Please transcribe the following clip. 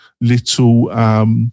little